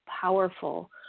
powerful